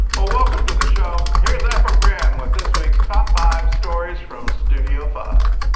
well, welcome to the show. here is efrem graham with this week's top five stories from studio five.